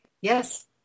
Yes